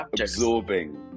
absorbing